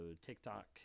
tiktok